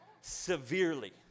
severely